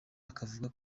akavuga